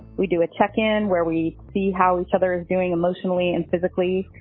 we do a check in where we see how each other is doing emotionally and physically.